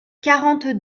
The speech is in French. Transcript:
quarante